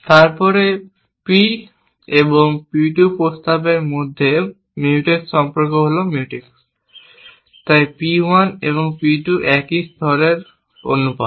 তারপরে P এবং P 2 প্রস্তাবের মধ্যে Mutex সম্পর্ক হল Mutex তাই P 1 এবং P 2 একই স্তরের অনুপাত